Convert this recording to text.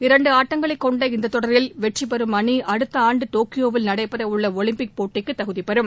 இரண்டு ஆட்டங்களைக் கொண்ட இத்தொடரில் வெற்றிபெறும் அணி அடுத்த ஆண்டு டோக்கியோவில் நடைபெறவுள்ள ஒலிம்பிக் போட்டிக்கு தகுதி பெறும்